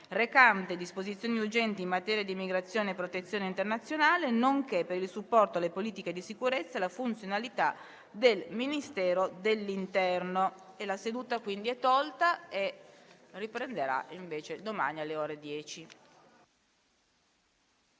recante disposizioni urgenti in materia di immigrazione e protezione internazionale, nonché per il supporto alle politiche di sicurezza e la funzionalità del Ministero dell'interno (951) previ pareri delle Commissioni 2ª